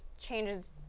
changes